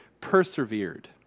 persevered